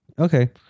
Okay